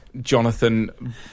Jonathan